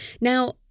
Now